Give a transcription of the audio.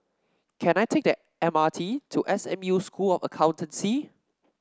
can I take the M R T to S M U School of Accountancy